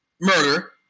murder